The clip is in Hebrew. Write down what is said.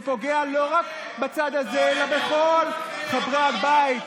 זה פוגע לא רק בצד הזה, אלא בכל חברי הבית.